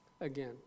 again